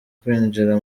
kwinjira